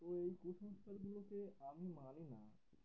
তো এই কুসংস্কার গুলোকে আমি মানি না